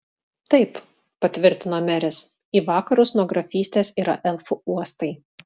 taip patvirtino meris į vakarus nuo grafystės yra elfų uostai